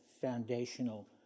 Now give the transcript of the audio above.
foundational